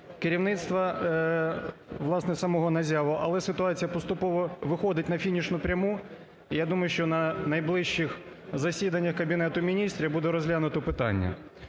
керівництва, власне, самого НАЗЯВО. Але ситуація поступово виходить на фінішну пряму. І, я думаю, що на найближчих засіданнях Кабінету Міністрів буде розглянуто питання.